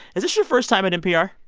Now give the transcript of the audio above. is this your first time at npr?